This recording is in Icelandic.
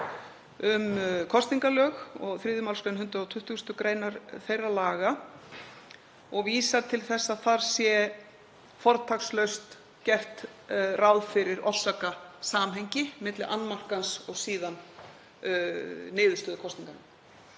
um kosningalög og 3. mgr. 120. gr. þeirra laga og vísar til þess að þar sé fortakslaust gert ráð fyrir orsakasamhengi milli annmarkans og síðan niðurstöðu kosninganna.